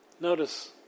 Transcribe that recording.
Notice